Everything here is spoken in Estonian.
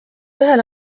ühel